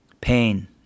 Pain